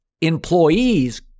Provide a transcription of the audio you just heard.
employees